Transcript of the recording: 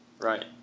Right